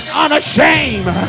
unashamed